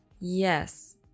Yes